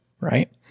right